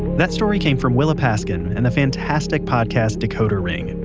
that story came from willa paskin and the fantastic podcast decoder ring.